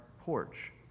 porch